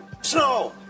snow